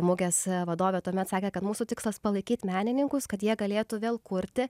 mugės vadovė tuomet sakė kad mūsų tikslas palaikyti menininkus kad jie galėtų vėl kurti